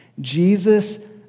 Jesus